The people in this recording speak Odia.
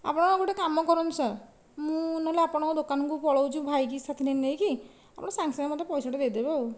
ଆପଣ ଗୋଟିଏ କାମ କରନ୍ତୁ ସାର୍ ମୁଁ ନହେଲେ ଆପଣଙ୍କ ଦୋକାନକୁ ପଳାଉଛି ଭାଇକି ସାଥିରେ ନେଇକି ସାଙ୍ଗେ ସାଙ୍ଗେ ମୋତେ ପଇସାଟା ଦେଇଦେବେ ଆଉ